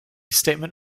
statement